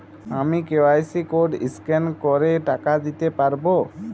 আমি QR code scan করে টাকা দিতে পারবো?